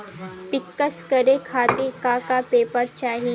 पिक्कस करे खातिर का का पेपर चाही?